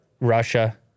Russia